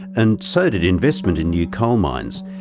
and so did investment in new coal mines,